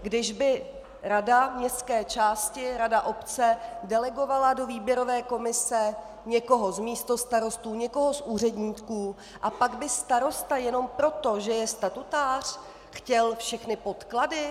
Kdyby rada městské části, rada obce delegovala do výběrové komise někoho z místostarostů, někoho z úředníků, a pak by starosta jenom proto, že je statutář, chtěl všechny podklady.